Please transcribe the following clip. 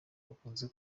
bakunze